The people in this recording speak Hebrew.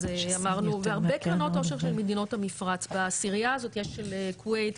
אז אמרנו הרבה קרנות עושר של מדינות המפרץ בעשירייה הזאת יש של כווית,